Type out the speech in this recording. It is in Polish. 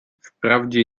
wprawdzie